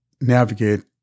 navigate